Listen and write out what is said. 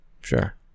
sure